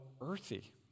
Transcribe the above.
Earthy